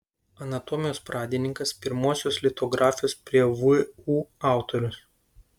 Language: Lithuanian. anatomijos pradininkas pirmosios litografijos prie vu autorius